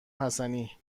حسنی